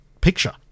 picture